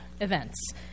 events